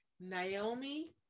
Naomi